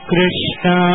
Krishna